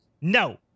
No